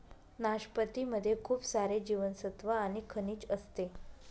नाशपती मध्ये खूप सारे जीवनसत्त्व आणि खनिज असते